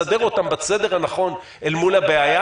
מסדר אותם בסדר הנכון אל מול הבעיה,